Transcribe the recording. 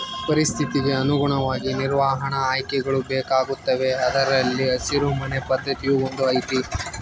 ಪರಿಸ್ಥಿತಿಗೆ ಅನುಗುಣವಾಗಿ ನಿರ್ವಹಣಾ ಆಯ್ಕೆಗಳು ಬೇಕಾಗುತ್ತವೆ ಅದರಲ್ಲಿ ಹಸಿರು ಮನೆ ಪದ್ಧತಿಯೂ ಒಂದು ಐತಿ